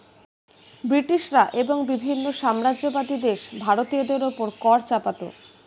ব্রিটিশরা এবং বিভিন্ন সাম্রাজ্যবাদী দেশ ভারতীয়দের উপর কর চাপাতো